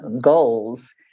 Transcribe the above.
goals